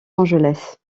angeles